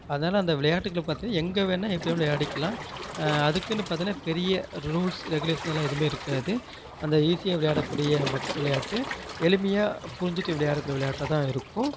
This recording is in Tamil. அதனால அந்த விளையாட்டுகளை பற்றி எங்கே வேணுணா எப்படி வேணுணா விளையாடிக்கலாம் அதுக்குனு பார்த்தீங்கன்னா பெரிய ரூல்ஸ் ரெகுலேஷனல்லாம் எதுவுமே இருக்காது அந்த ஈஸியாக விளையாடக்கூடிய மக் விளையாட்டு எளிமையாக புரிஞ்சிட்டு விளையாடக்கூடிய விளையாட்டாக தான் இருக்கும்